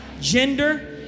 gender